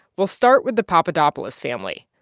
we'll start with the papadopoulos family.